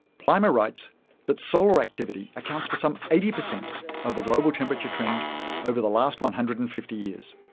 plimer writes that solar activity accounts for some eighty percent of the global temperature trend over the last one hundred and fifty years.